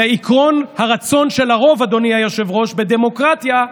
עקרון הרצון של הרוב, אדוני היושב-ראש, בדמוקרטיה,